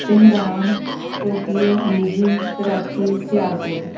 Tehran Tokyo Beijing Karachi Sialkot